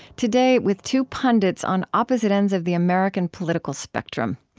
today with two pundits on opposite ends of the american political spectrum.